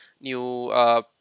new